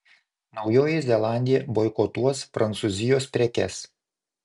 naujoji zelandija boikotuos prancūzijos prekes